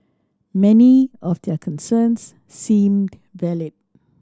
many of their concerns seemed valid